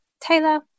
Taylor